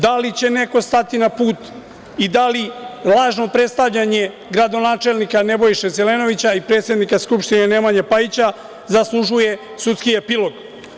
Da li će neko stati na put i da li lažno predstavljanje gradonačelnika Nebojše Zelenovića i predsednika Skupštine Nemanje Pajića, zaslužuje sudski epilog?